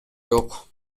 жок